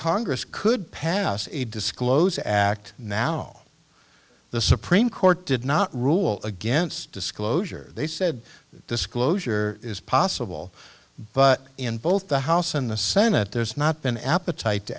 congress could pass a disclose act now the supreme court did not rule against disclosure they said disclosure is possible but in both the house and the senate there's not been an appetite to